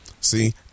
See